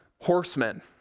horsemen